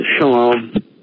shalom